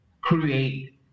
create